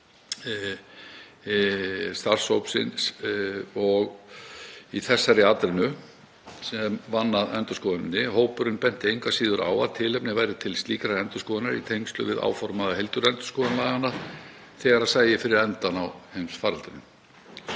í þessari atrennu, hópsins sem vann að endurskoðuninni. Hópurinn benti engu að síður á að tilefni væri til slíkrar endurskoðunar í tengslum við áformaða heildarendurskoðun laganna þegar sæi fyrir endann á heimsfaraldrinum.